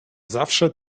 zawsze